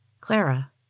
Clara